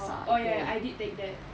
oh ya ya I did take that